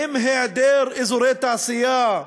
עם היעדר אזורי תעשייה,